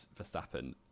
Verstappen